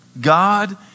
God